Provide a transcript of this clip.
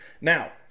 Now